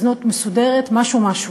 הזנות מסודרת משהו משהו.